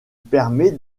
permet